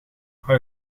hou